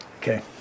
Okay